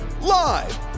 live